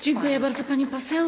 Dziękuję bardzo, pani poseł.